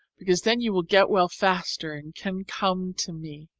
because then you will get well faster and can come to me.